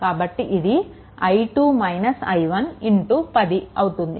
కాబట్టి ఇది i2 - i1 10 అవుతుంది